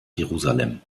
jerusalem